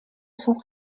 sont